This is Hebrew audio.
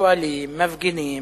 שואלים, מפגינים,